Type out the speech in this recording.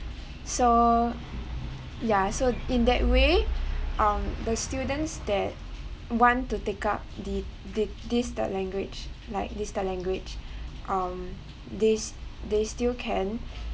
so ya so in that way um the students that want to take up the the this third language like this third language um they they still can